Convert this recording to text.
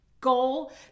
goal